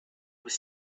was